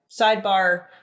sidebar